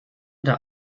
der